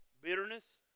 Bitterness